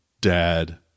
dad